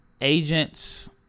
agents